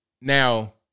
Now